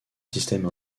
systèmes